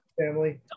Family